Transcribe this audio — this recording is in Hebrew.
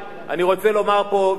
אני רוצה לומר פה,